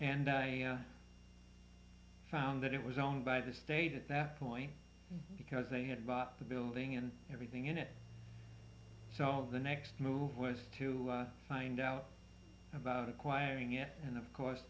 and found that it was owned by the state at that point because they had bought the building and everything in it so the next move was to find out about acquiring it and of course